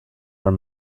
are